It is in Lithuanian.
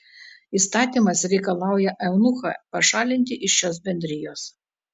įstatymas reikalauja eunuchą pašalinti iš šios bendrijos